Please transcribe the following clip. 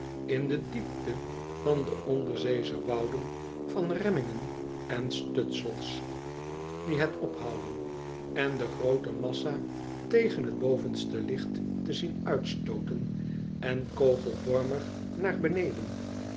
in de diepte van de onderzeesche wouden van remmingen en stutsels die het ophouden en de groote massa tegen t bovenste licht te zien uitstooten en kogelvormig naar boneden